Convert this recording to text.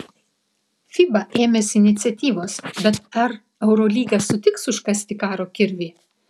fiba ėmėsi iniciatyvos bet ar eurolyga sutiks užkasti karo kirvį